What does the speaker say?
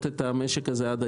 תמיד השמיכה קצרה,